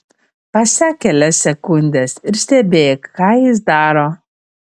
pasek kelias sekundes ir stebėk ką jis daro